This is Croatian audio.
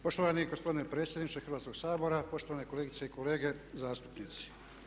Poštovani gospodine predsjedniče Hrvatskog sabora, poštovane kolegice i kolege zastupnici.